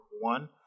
one